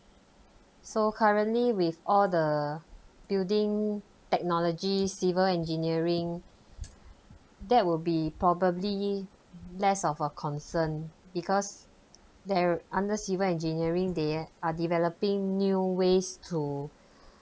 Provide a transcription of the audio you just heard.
so currently with all the building technology civil engineering that will be probably less of a concern because they're under civil engineering they are developing new ways to